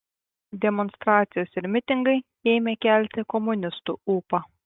demonstracijos ir mitingai ėmė kelti komunistų ūpą